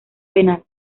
penal